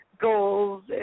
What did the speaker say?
goals